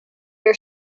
are